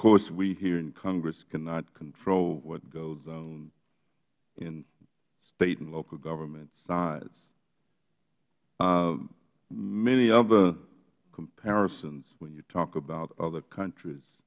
course we here in congress cannot control what goes on in state and local government size many other comparisons when you talk about other countries